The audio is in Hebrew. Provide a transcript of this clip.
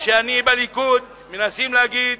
שאני בליכוד, מנסים להגיד